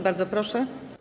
Bardzo proszę.